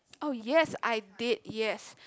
oh yes I did yes